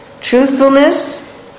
truthfulness